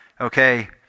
Okay